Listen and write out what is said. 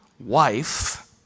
wife